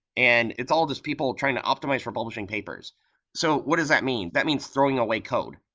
and it's all just people trying to optimize for publishing papers so what does that mean? that means throwing away code.